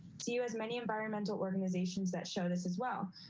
do you as many environmental organizations that show this as well.